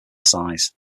size